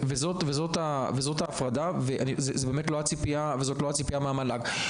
וזאת ההפרדה וזאת לא הציפייה מהמל"ג.